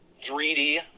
3D